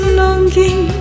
longing